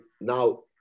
now